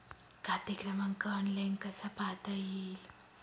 खाते क्रमांक ऑनलाइन कसा पाहता येईल?